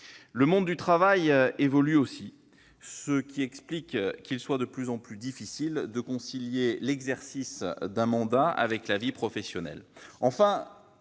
Le monde du travail évolue aussi, ce qui explique qu'il soit de plus en plus difficile de concilier l'exercice d'un mandat avec la vie professionnelle.